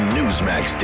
Newsmax